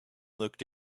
looked